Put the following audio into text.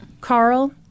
Carl